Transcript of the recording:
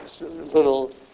little